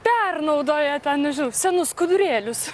pernaudoja ten nežinau senus skudurėlius